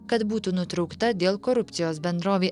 kad būtų nutraukta dėl korupcijos bendrovei